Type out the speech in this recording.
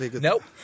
nope